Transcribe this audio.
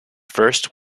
first